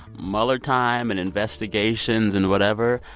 mueller time and investigations and whatever,